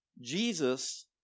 Jesus